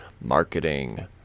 Marketing